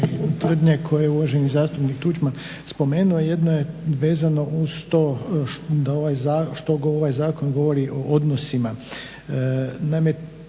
Hvala.